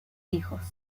hijos